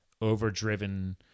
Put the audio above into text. overdriven